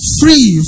free